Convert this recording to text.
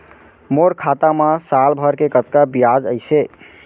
मोर खाता मा साल भर के कतका बियाज अइसे?